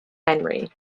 henry